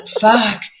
fuck